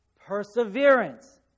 perseverance